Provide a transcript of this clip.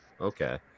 okay